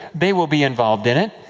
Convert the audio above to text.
they will be involved in it,